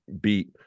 beat